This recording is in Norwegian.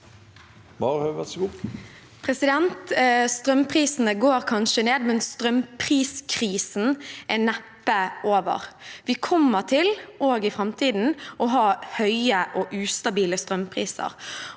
Strømprisene går kanskje ned, men strømpriskrisen er neppe over. Vi kommer også i framtiden til å ha høye og ustabile strømpriser,